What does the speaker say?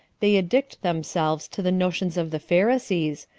they addict themselves to the notions of the pharisees,